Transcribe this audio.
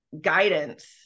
guidance